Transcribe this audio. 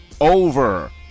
over